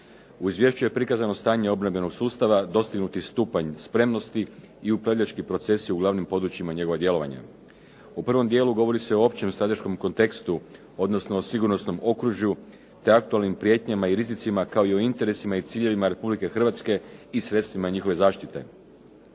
U izvješću je prikazano stanje obrambenog sustava, dostignuti stupanj spremnosti i upravljački procesi u glavnim područjima njegovog djelovanja. U prvom dijelu govori se o općem strateškom kontekstu odnosno o sigurnosnom okružju te aktualnim prijetnjama i rizicima kao i o interesima i ciljevima Republike Hrvatske i sredstvima njihove zaštite.